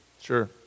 Sure